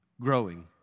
growing